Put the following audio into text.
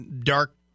dark